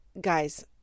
Guys